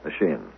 machine